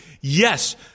Yes